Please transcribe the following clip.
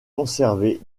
conservées